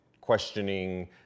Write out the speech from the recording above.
questioning